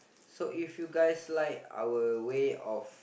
so if you guys like our way of